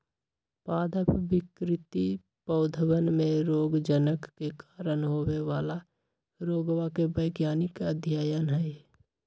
पादप विकृति पौधवन में रोगजनक के कारण होवे वाला रोगवा के वैज्ञानिक अध्ययन हई